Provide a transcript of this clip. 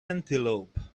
antelope